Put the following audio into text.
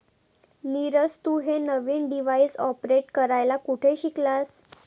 नीरज, तू हे नवीन डिव्हाइस ऑपरेट करायला कुठे शिकलास?